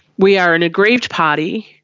we are an aggrieved party.